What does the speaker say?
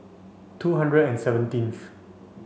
two hundred and seventeenth